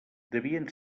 devien